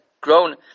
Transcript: grown